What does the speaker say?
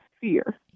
Fear